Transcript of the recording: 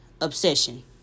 Obsession